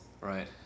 Right